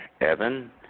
Evan